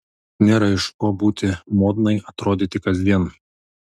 nėra iš ko būti modnai atrodyti kasdien